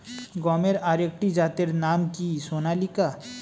গমের আরেকটি জাতের নাম কি সোনালিকা?